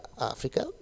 Africa